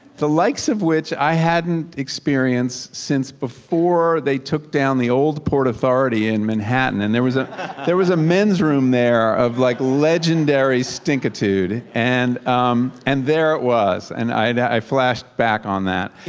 the likes of which i hadn't experienced since before they took down the old port authority in manhattan. and there was ah there was a men's room there of like legendary stink-a-tude. and um and there it was. and was. and i flash back on that.